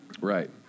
Right